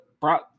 brought